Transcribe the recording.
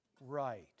right